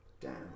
down